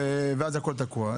ואז הכל תקוע.